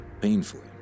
Painfully